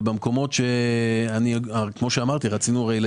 במקומות שאנחנו בעד כפי שאמרתי: רצינו להיות